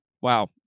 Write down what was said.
wow